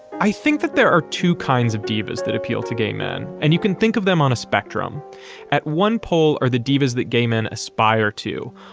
i think that there are two kinds of divas that appeal to gay men, and you can think of them on a spectrum at one pole are the divas that gay men aspire to.